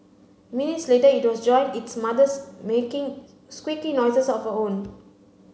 minutes later it was joined its mothers making squeaky noises of her own